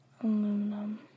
aluminum